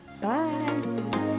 Bye